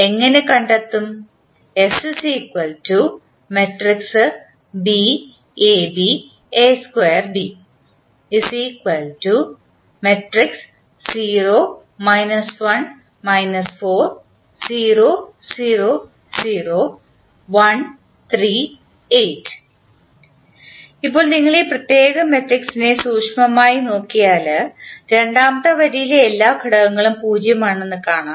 നമ്മൾ കണ്ടെത്തും ഇപ്പോൾ നിങ്ങൾ ഈ പ്രത്യേക മാട്രിക്സിനെ സൂക്ഷ്മമായി നോക്കിയാൽ രണ്ടാമത്തെ വരിയിൽ എല്ലാ ഘടകങ്ങളും 0 ആണെന്ന് കാണാം